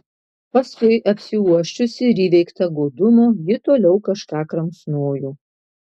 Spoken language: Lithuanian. paskui apsiuosčiusi ir įveikta godumo ji toliau kažką kramsnojo